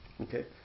Okay